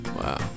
wow